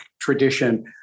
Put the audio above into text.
tradition